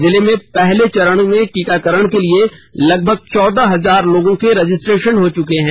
जिले में पहले चरण में टीकाकरण के लिए लगभग चौदह हजार लोगों के रजिस्ट्रेशन हो चुके हैं